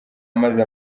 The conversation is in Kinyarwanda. amaze